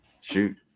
shoot